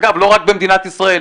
אגב, לא רק במדינת ישראל.